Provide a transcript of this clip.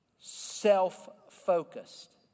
self-focused